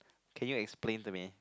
can you explain to me